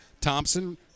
Thompson